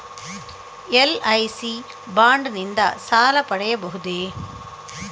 LIC bond ನಿಂದ ಸಾಲ ಪಡೆಯಬಹುದೇ?